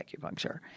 acupuncture